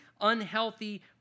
unhealthy